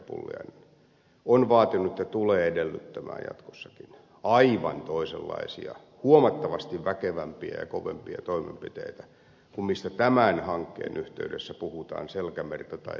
pulliainen on vaatinut ja tulee edellyttämään jatkossakin aivan toisenlaisia huomattavasti väkevämpiä ja kovempia toimenpiteitä kuin mistä tämän hankkeen yhteydessä puhutaan selkämerta tai saaristomerta koskien